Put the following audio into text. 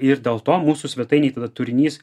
ir dėl to mūsų svetainėj tada turinys